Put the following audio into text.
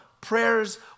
prayers